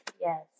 yes